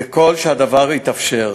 ככל שהדבר יתאפשר,